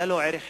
היה ערך חינוכי.